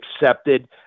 accepted